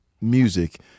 music